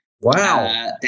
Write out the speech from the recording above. Wow